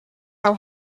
how